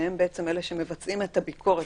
שהם אלה שמבצעים את הביקורת.